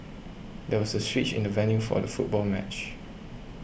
there was a switch in the venue for the football match